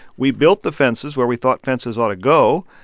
we built the fences where we thought fences ought to go,